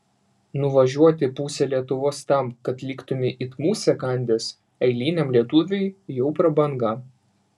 nuvažiuoti pusę lietuvos tam kad liktumei it musę kandęs eiliniam lietuviui jau prabanga